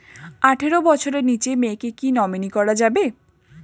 আঠারো বছরের নিচে মেয়েকে কী নমিনি করা যাবে?